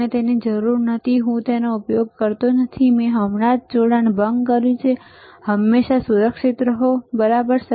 મને તેની જરૂર નથી હું તેનો ઉપયોગ કરતો નથી મેં હમણાં જ જોડાણ ભંગ કર્યું છે હંમેશા સુરક્ષિત રહો બરાબર